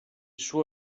suo